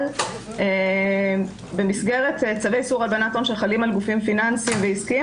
אבל במסגרת צווי איסור הלבנת הון שחלים על גופים פיננסים ועסקיים,